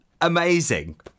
amazing